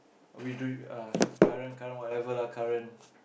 we drew uh current current whatever lah current